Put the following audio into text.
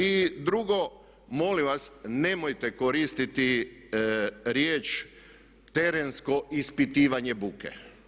I drugo, molim vas nemojte koristiti riječ terensko ispitivanje buke.